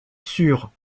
sur